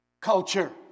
culture